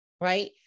right